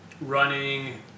running